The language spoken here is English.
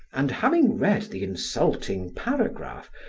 and having read the insulting paragraph,